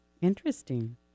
Interesting